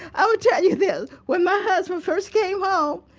i will tell you this, when my husband first came home,